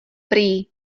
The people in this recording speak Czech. prý